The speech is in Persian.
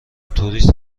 توریست